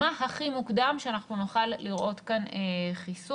מה הכי מוקדם שאנחנו נוכל לראות כאן חיסון?